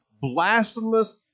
blasphemous